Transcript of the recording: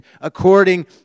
according